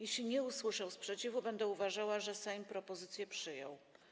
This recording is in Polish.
Jeśli nie usłyszę sprzeciwu, będę uważała, że Sejm propozycje przyjął.